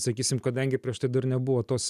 sakysim kadangi prieš tai dar nebuvo tos